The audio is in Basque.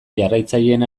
jarraitzaileen